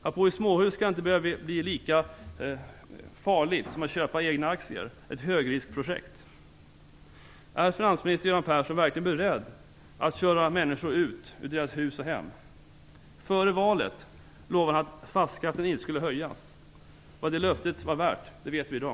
Att bo i småhus skall inte behöva bli lika farligt som att köpa egna aktier - ett högriskprojekt. Är finansminister Göran Persson verkligen beredd att köra människor ut ur deras hus och hem? Före valet lovade han att fastighetsskatten inte skulle höjas. Vad det löftet var värt vet vi i dag.